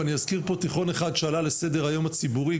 ואני אזכיר פה תיכון אחד שעלה לסדר היום הציבורי,